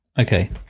Okay